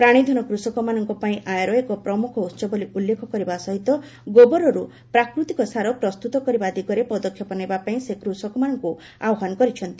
ପ୍ରାଣୀଧନ କୃଷକମାନଙ୍କ ପାଇଁ ଆୟର ଏକ ପ୍ରମୁଖ ଉସ ବୋଲି ଉଲ୍ଲେଖ କରିବା ସହିତ ଗୋବରରୁ ପ୍ରାକୃତିକ ସାର ପ୍ରସ୍ତୁତ କରିବା ଦିଗରେ ପଦକ୍ଷେପ ନେବା ପାଇଁ ସେ କୃଷକମାନଙ୍କୁ ଆହ୍ୱାନ କରିଛନ୍ତି